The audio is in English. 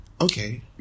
Okay